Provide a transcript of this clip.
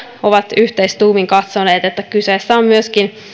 ovat yhteistuumin katsoneet että kyseessä on myöskin